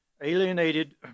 alienated